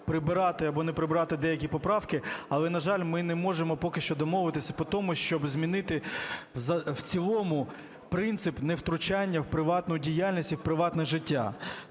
прибирати або не прибирати деякі поправки, але, на жаль, ми не можемо поки що домовитись по тому, щоб змінити в цілому принцип невтручання в приватну діяльність і в приватне життя.